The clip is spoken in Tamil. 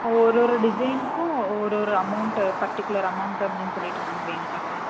ஒரு ஒரு டிசைனுக்கும் ஒரு ஒரு அமௌண்ட்டு பர்ட்டிகுலர் அமௌண்ட்டு அப்படின்னு சொல்லிவிட்டு வாங்குவிங்களா